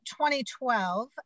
2012